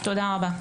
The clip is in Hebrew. תודה רבה.